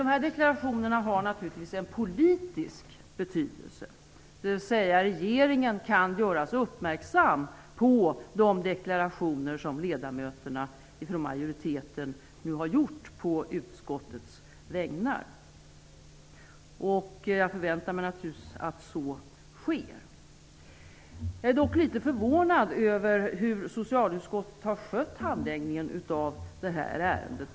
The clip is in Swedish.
Dessa deklarationer har naturligtvis en politisk betydelse. Regeringen kan göras uppmärksam på de deklarationer som ledamöterna i majoriteten nu har gjort på utskottets vägnar. Jag förväntar mig att så också sker. Jag är dock litet förvånad över hur socialutskottet har skött handläggningen av ärendet.